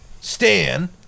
Stan